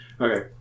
Okay